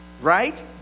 Right